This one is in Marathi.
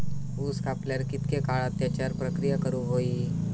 ऊस कापल्यार कितके काळात त्याच्यार प्रक्रिया करू होई?